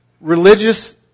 religious